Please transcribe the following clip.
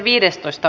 asia